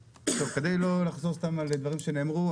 כדי לא לחזור סתם על דברים שנאמרו,